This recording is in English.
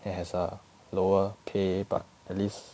that has a lower pay but at least